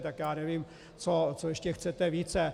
Tak nevím, co ještě chcete více.